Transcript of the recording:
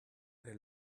they